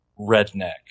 redneck